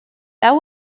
that